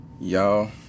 Y'all